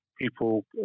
people